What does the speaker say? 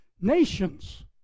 nations